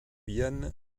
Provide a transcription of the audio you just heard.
jahn